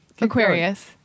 Aquarius